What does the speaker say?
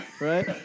Right